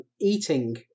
eating